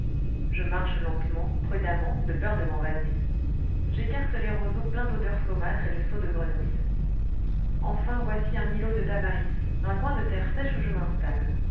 je marche lentement prudemment de peur de m'envaser j'écarte les roseaux pleins d'odeurs saumâtres et de sauts de grenouilles enfin voici un îlot de tamaris un coin de terre sèche où je m'installe